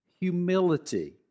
humility